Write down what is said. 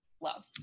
love